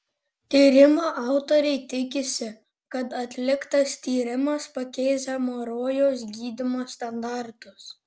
tyrimo autoriai tikisi kad atliktas tyrimas pakeis hemorojaus gydymo standartus